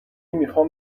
میخوام